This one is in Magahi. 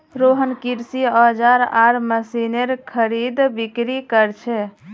रोहन कृषि औजार आर मशीनेर खरीदबिक्री कर छे